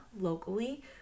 locally